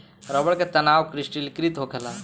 रबड़ के तनाव क्रिस्टलीकृत होखेला